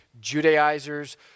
Judaizers